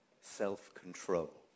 Self-control